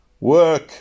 Work